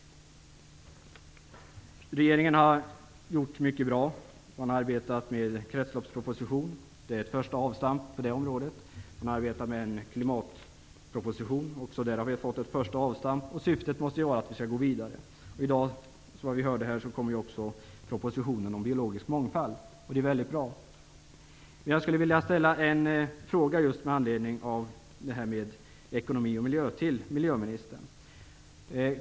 Regeringen har gjort mycket som är bra. Regeringen har arbetat med kretsloppspropositionen. Det är ett första avstamp på det området. Man har arbetat med en klimatproposition. Också där har skett ett första avstamp. Syftet måste vara att vi skall gå vidare. Som vi har hört i dag kommer också snart propositionen om biologisk mångfald. Det är väldigt bra. Jag vill ställa en fråga när det gäller ekonomi och miljö till miljöministern.